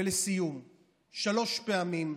ולסיום, שלוש פעמים,